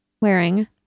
wearing